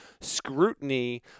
scrutiny